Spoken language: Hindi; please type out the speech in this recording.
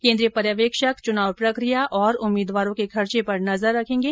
केन्द्रीय पर्यवेक्षक चुनाव प्रक्रिया और उम्मीदवारों के खर्चे पर नजर रखेंगे